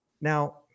now